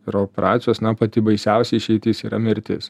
ir operacijos na pati baisiausia išeitis yra mirtis